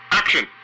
action